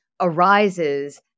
arises